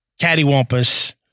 cattywampus